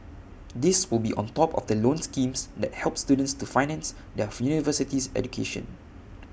these will be on top of the loan schemes that help students to finance their university education